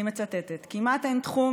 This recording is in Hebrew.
אני מצטטת: כמעט אין תחום,